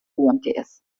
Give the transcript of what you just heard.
umts